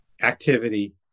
activity